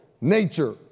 nature